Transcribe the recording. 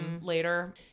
later